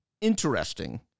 interesting